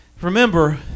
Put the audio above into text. remember